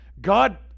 God